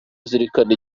azirikana